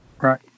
right